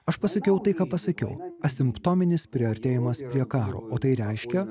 aš pasakiau tai ką pasakiau asimptominis priartėjimas prie karo o tai reiškia